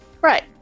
Right